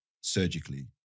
surgically